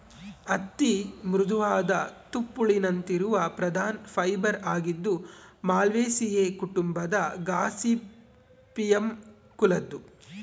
ಹತ್ತಿ ಮೃದುವಾದ ತುಪ್ಪುಳಿನಂತಿರುವ ಪ್ರಧಾನ ಫೈಬರ್ ಆಗಿದ್ದು ಮಾಲ್ವೇಸಿಯೇ ಕುಟುಂಬದ ಗಾಸಿಪಿಯಮ್ ಕುಲದ್ದು